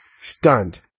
stunned